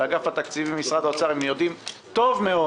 באגף התקציבים במשרד האוצר הם יודעים טוב מאוד